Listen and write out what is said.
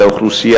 את האוכלוסייה,